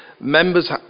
members